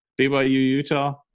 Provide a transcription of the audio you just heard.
BYU-Utah